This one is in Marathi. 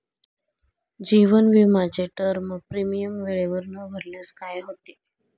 जीवन विमाचे टर्म प्रीमियम वेळेवर न भरल्यास काय होते?